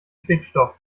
stickstoff